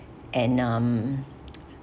and um